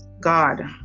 God